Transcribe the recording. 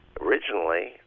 originally